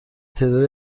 تعدادی